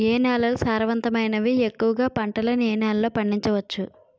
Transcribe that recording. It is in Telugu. ఏ నేలలు సారవంతమైనవి? ఎక్కువ గా పంటలను ఏ నేలల్లో పండించ వచ్చు?